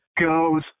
Goes